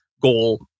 goal